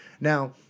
Now